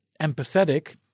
empathetic